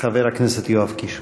חבר הכנסת יואב קיש.